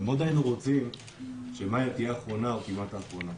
אבל מאוד היינו רוצים שמאיה תהיה האחרונה או כמעט האחרונה.